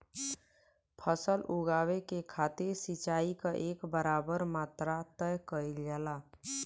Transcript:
फसल उगावे के खातिर सिचाई क एक बराबर मात्रा तय कइल जाला